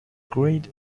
great